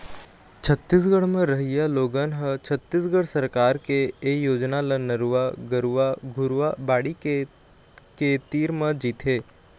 छत्तीसगढ़ म रहइया लोगन ह छत्तीसगढ़ सरकार के ए योजना ल नरूवा, गरूवा, घुरूवा, बाड़ी के के तीर म जीथे